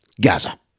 Gaza